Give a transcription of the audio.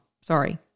Sorry